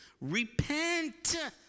repent